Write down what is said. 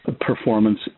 performance